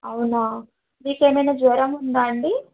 అవునా మీకు ఏమైనా జ్వరం ఉందా అండి